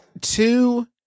two